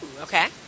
okay